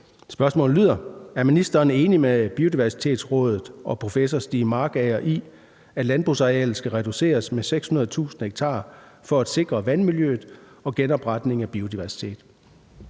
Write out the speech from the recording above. Spørgsmålet lyder: Er ministeren enig med Biodiversitetsrådet og professor Stiig Markager i, at landbrugsarealet skal reduceres med 600.000 ha for at sikre vandmiljøet og genopretning af biodiversitet?